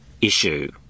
issue